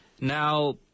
Now